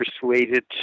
persuaded